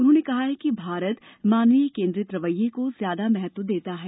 उन्होंने कहा कि भारत मानवीय केंद्रित रवैये को ज्यादा महत्व देता है